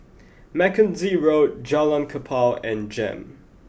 Mackenzie Road Jalan Kapal and Jem